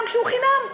גם כשהוא חינם,